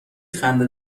خنده